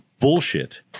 bullshit